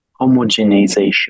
homogenization